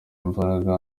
imbaraga